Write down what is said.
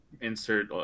insert